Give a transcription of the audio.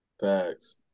Thanks